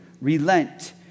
Relent